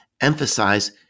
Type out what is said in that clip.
emphasize